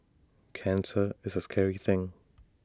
cancer is A scary thing